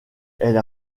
elle